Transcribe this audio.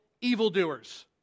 evildoers